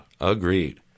Agreed